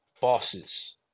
bosses